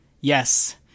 Yes